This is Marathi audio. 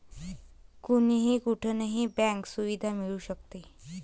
कोणीही कुठूनही बँक सुविधा मिळू शकते